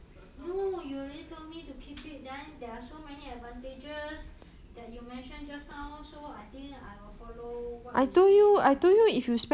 no you already told me to keep it then there are so many advantages that you mentioned just now so I think I will follow what you say and keep it